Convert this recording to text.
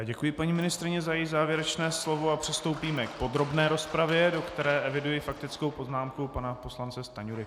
Děkuji paní ministryni za její závěrečné slovo a přistoupíme k podrobné rozpravě, do které eviduji faktickou poznámku pana poslance Stanjury.